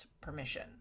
permission